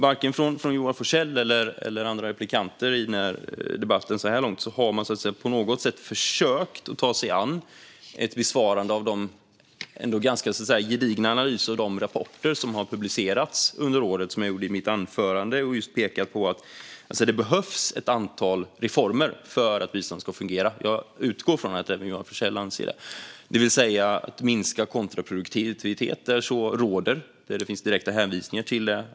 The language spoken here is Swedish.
Varken Joar Forssell eller andra replikörer i debatten så här långt har på något sätt försökt ta sig an att besvara de ganska gedigna analyser och rapporter som har publicerats under året och som jag presenterade i mitt anförande. De pekar på att det behövs ett antal reformer för att biståndet ska fungera - jag utgår från att Joar Forssell anser det - det vill säga minska kontraproduktivitet där så råder. Det finns direkta hänvisningar till det.